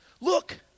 Look